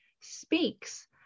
speaks